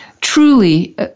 truly